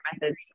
methods